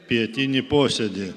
pietinį posėdį